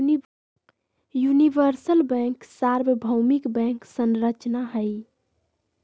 universal bank सर्वभौमिक bank संरचना हई